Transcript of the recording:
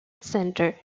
center